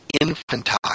infantile